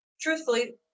truthfully